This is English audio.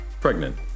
pregnant